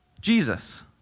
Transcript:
Jesus